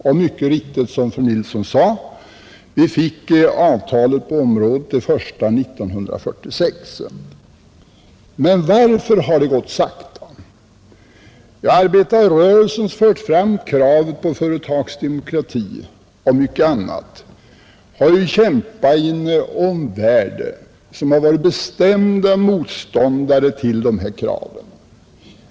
Vi fick mycket riktigt, som fru Nilsson sade, det första avtalet på området 1946. Men varför har det gått så sakta? Arbetarrörelsen, som har fört fram kraven på företagsdemokrati och mycket annat, har ju kämpat i en omvärld som har varit bestämd motståndare till dessa krav.